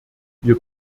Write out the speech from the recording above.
wir